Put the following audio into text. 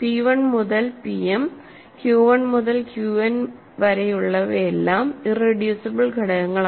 p 1 മുതൽ pm q 1 മുതൽ qn വരെയുള്ളവയെല്ലാം ഇറെഡ്യൂസിബിൾ ഘടകങ്ങളാണ്